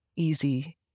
easy